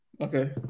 okay